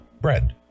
bread